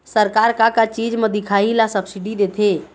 सरकार का का चीज म दिखाही ला सब्सिडी देथे?